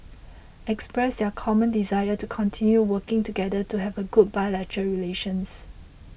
expressed their common desire to continue working together to have a good bilateral relations